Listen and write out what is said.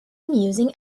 amusing